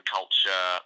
culture